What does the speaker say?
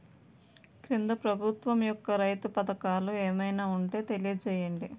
కేంద్ర ప్రభుత్వం యెక్క రైతు పథకాలు ఏమైనా ఉంటే తెలియజేయండి?